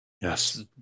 Yes